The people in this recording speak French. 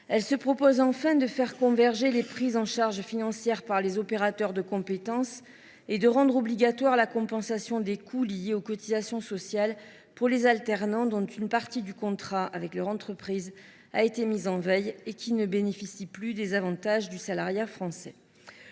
elle tend à faire converger les prises en charge financières par les opérateurs de compétences. À cet effet, elle rend obligatoire la compensation des coûts liés aux cotisations sociales pour les alternants dont une partie du contrat avec leur entreprise a été mise en veille. De fait, les intéressés ne bénéficient plus des avantages du salariat français.